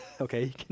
okay